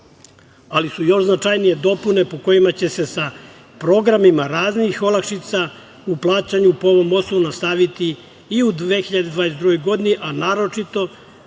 ali su još značajnije dopune po kojima će se sa programima raznih olakšica u plaćanju po ovom osnovu nastaviti i u 2022. godini, a naročito